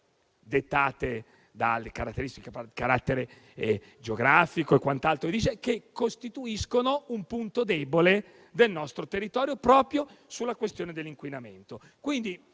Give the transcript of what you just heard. di carattere geografico e quant'altro, che costituiscono un punto debole del nostro territorio proprio sulla questione dell'inquinamento.